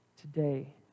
today